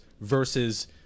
versus